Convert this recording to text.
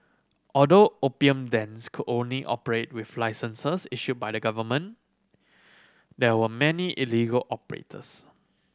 although opium dens could only operate with licenses issued by the government there were many illegal operators